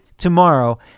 Tomorrow